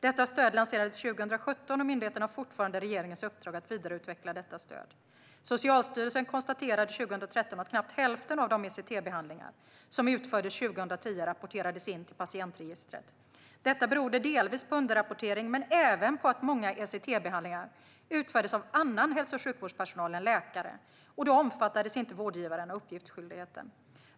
Detta stöd lanserades 2017, och myndigheten har fortfarande regeringens uppdrag att vidareutveckla stödet. Socialstyrelsen konstaterade 2013 att knappt hälften av de ECT-behandlingar som utfördes 2010 rapporterats in till patientregistret. Detta berodde delvis på underrapportering men även på att många ECT-behandlingar utfördes av annan hälso och sjukvårdspersonal än läkare, och då omfattades inte vårdgivaren av uppgiftsskyldigheten.